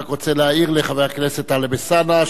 אני רק רוצה להעיר לחבר הכנסת טלב אלסאנע,